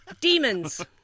Demons